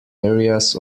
areas